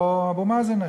או אבו מאזן אשם.